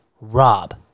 Rob